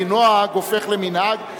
כי נוהג הופך למנהג,